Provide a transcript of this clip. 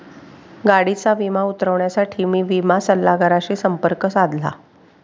गाडीचा विमा उतरवण्यासाठी मी विमा सल्लागाराशी संपर्क साधला